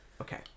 Okay